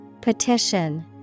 Petition